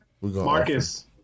Marcus